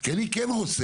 כי אני כן רוצה,